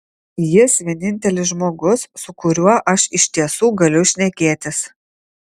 jis vienintelis žmogus su kuriuo aš iš tiesų galiu šnekėtis